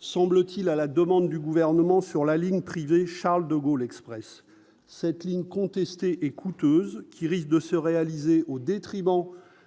semble-t-il, à la demande du gouvernement sur la ligne privée Charles-de-Gaulle Express cette ligne contesté et coûteuse qui risque de se réaliser au détriment